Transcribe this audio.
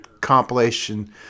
compilation